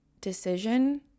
decision